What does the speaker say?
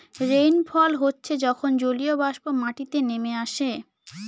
rainfall হচ্ছে যখন জলীয়বাষ্প মাটিতে নেমে আসে